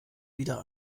wieder